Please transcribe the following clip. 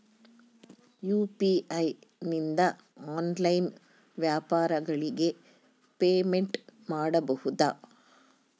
UPI ನಿಂದ online ವ್ಯಾಪಾರಗಳಿಗೆ payment ಮಾಡಬಹುದಾ?